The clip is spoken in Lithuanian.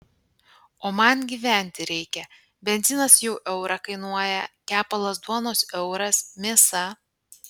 o man gyventi reikia benzinas jau eurą kainuoja kepalas duonos euras mėsa